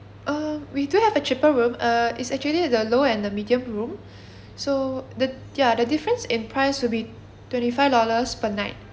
um we do have a cheaper room uh it's actually the low and the medium room so the ya the difference in price will be twenty five dollars per night